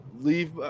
leave